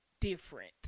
different